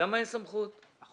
סמכות לתת רישיון זמני.